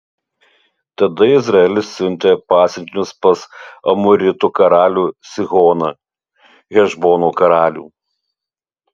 tada izraelis siuntė pasiuntinius pas amoritų karalių sihoną hešbono karalių